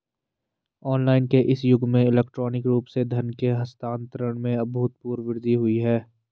online के इस युग में इलेक्ट्रॉनिक रूप से धन के हस्तांतरण में अभूतपूर्व वृद्धि हुई है